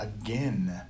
again